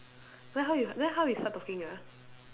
then how y~ then how we start talking ah